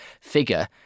figure